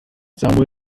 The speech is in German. samuel